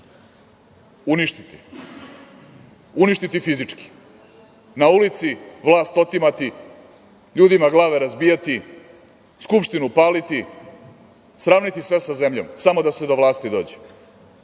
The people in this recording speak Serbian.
uništiti, uništiti fizički, na ulici vlast otimati, ljudima glave razbijati, Skupštinu paliti, sravniti sve sa zemljom samo da se do vlasti dođe. Da